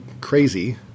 crazy